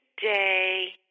day